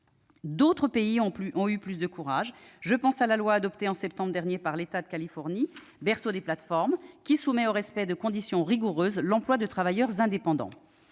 D'autres pays ont eu plus de courage ; je pense à la loi adoptée en septembre dernier par l'État de Californie, berceau des plateformes, qui soumet au respect de conditions rigoureuses l'emploi de travailleurs indépendants.